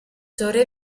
torre